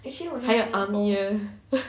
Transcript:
还有 army 的